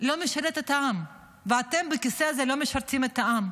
לא משרת את העם, ואתם בכיסא הזה לא משרתים את העם.